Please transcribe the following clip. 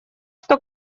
что